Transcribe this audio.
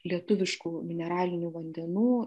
lietuviškų mineralinių vandenų